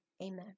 amen